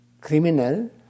criminal